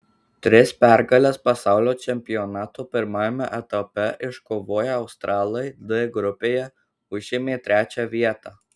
tris pergales pasaulio čempionato pirmajame etape iškovoję australai d grupėje užėmė trečią vietą